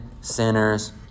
sinners